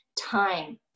time